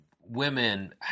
women